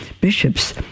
bishops